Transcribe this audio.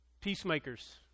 Peacemakers